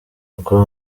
bakora